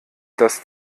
das